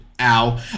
ow